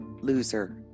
Loser